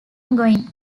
ongoing